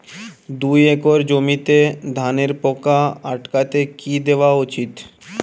দুই একর জমিতে ধানের পোকা আটকাতে কি দেওয়া উচিৎ?